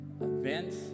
events